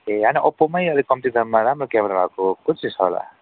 ए होइन ओप्पोमै अलिक कम्ति दाममा राम्रो क्यामेरा भएको कुन चाहिँ छ होला